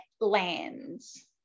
lands